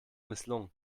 misslungen